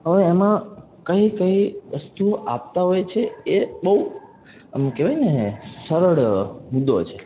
હવે એમાં કઈ કઈ વસ્તુઓ આપતા હોય છે એ બહુ આમ કહેવાયને સરળ મુદ્દો છે